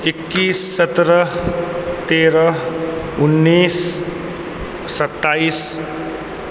इक्कीस सत्रह तेरह उन्नीस सत्ताइस